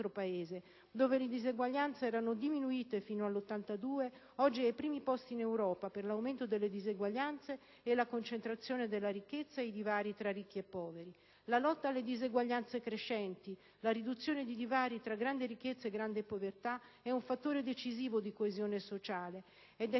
Paese, dove le diseguaglianze erano diminuite fino al 1982, oggi è ai primi posti in Europa per l'aumento delle diseguaglianze, la concentrazione della ricchezza e il divario fra ricchi e poveri. La lotta alle diseguaglianze crescenti, la riduzione del divario tra grande ricchezza e grande povertà è un fattore decisivo di coesione sociale, è